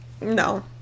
no